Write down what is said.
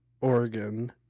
Oregon